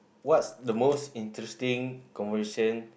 what's the most interesting conversation